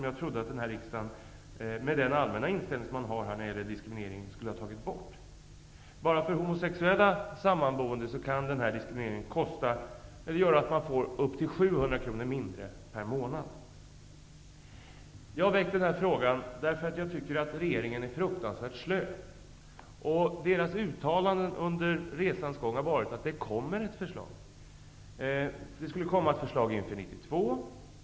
Jag trodde att riksdagen, med den allmänna inställningen till diskriminering som finns här, skulle ta bort den. Bara för homosexuella sammanboende kan den här diskrimineringen göra att de har upp till 700 kronor mindre per månad. Jag har väckt den här motionen, eftersom jag tycker att regeringen är fruktansvärt slö. Regeringens uttalanden under resans gång har varit att det skall komma ett förslag. Det skulle komma ett förslag 1992.